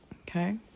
okay